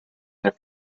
their